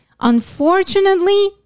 unfortunately